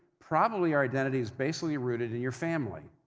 probably your identity is basically rooted in your family.